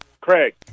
Craig